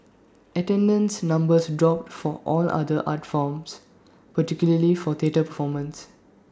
attendance numbers dropped for all other art forms particularly for theatre performances